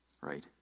right